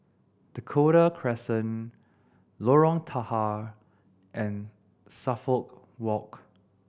Dakota Crescent Lorong Tahar and Suffolk Walk